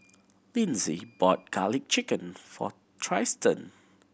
Linzy bought Garlic Chicken for Trystan